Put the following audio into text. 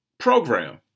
program